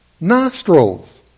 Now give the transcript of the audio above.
Nostrils